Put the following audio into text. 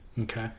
Okay